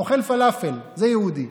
אוכל פלאפל, זה יהודי.